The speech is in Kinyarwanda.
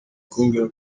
kumbwira